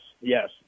yes